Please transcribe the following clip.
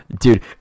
dude